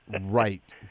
right